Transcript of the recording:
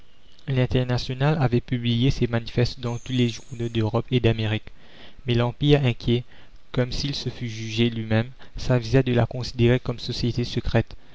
l'internationale avait publié ses manifestes dans tous les journaux d'europe et d'amérique mais l'empire inquiet comme s'il se fût jugé lui-même s'avisa de la considérer comme société secrète